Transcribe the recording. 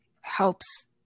helps